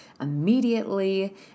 immediately